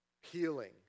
Healing